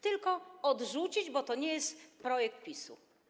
Tylko odrzucić, bo to nie jest projekt PiS-u.